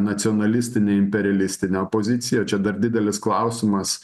nacionalistinę imperialistinę opoziciją čia dar didelis klausimas